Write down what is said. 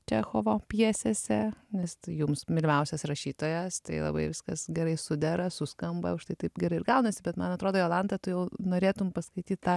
čechovo pjesėse nes jums mylimiausias rašytojas tai labai viskas gerai sudera su skamba užtai taip gerai ir gaunasi bet man atrodo jolanta tu jau norėtum paskaityt tą